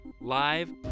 Live